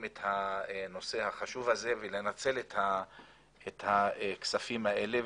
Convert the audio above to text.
את הנושא החשוב הזה ולנצל את הכספים האלה.